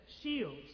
shields